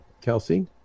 Kelsey